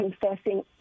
confessing